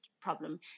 problem